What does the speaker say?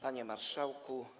Panie Marszałku!